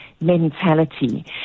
mentality